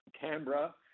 Canberra